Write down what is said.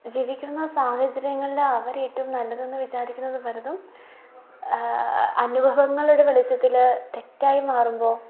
ജീവിക്കുന്ന സാഹചര്യങ്ങളിൽ അവരേറ്റവും നല്ലതെന്നു വിചാരിക്കുന്നത് പലതും അനുഭവങ്ങളുടെ വെളിച്ചത്തിൽ തെറ്റായി മാറുമ്പോൾ